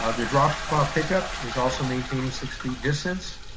ah the drop-off pickup is also maintaining six feet distance.